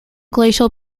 glacial